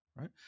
Right